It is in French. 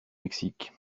mexique